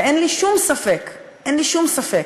ואין לי שום ספק, אין לי שום ספק,